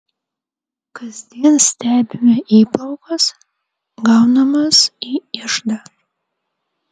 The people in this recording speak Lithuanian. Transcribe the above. kasdien stebime įplaukas gaunamas į iždą